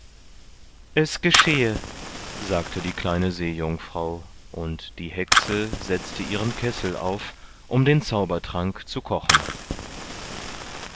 es geschehe sagte die kleine seejungfrau und die hexe setzte ihren kessel auf um den zaubertrank zu kochen